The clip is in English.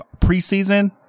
preseason